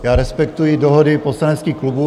Já respektuji dohody poslaneckých klubů.